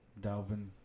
Dalvin